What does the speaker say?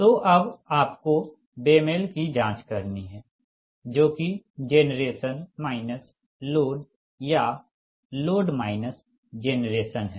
तो अब आपको मिसमैच की जाँच करनी हैं जो कि जेनरेशन माइनस लोड या लोड माइनस जेनरेशन है